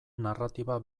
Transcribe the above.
narratiba